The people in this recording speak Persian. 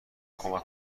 کمک